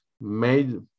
made